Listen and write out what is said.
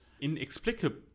inexplicable